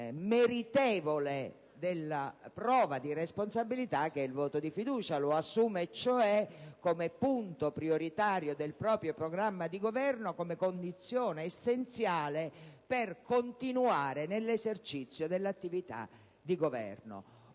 meritevole della prova di responsabilità che è il voto di fiducia, lo assume cioè come punto prioritario del proprio programma, come condizione essenziale per continuare nell'esercizio dell'attività di Governo.